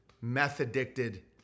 meth-addicted